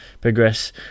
progress